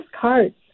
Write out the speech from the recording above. cards